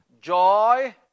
joy